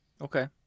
Okay